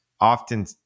often